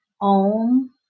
Om